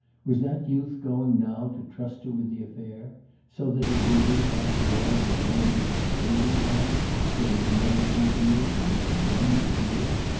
was that youth going now to trust her with the affair so that it would be after all with one of his lady-friends that his mother's missionary should be condemned to deal?